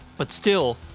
but still,